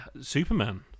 Superman